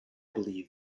believed